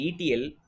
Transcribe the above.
ETL